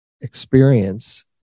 experience